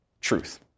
truth